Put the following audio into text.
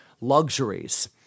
luxuries